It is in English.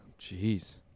Jeez